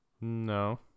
no